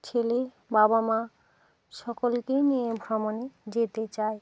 ছেলে বাবা মা সকলকেই নিয়ে ভ্রমণে যেতে চায়